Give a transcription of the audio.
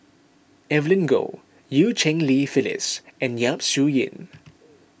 Evelyn Goh Eu Cheng Li Phyllis and Yap Su Yin